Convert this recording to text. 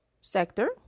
sector